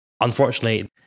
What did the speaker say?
Unfortunately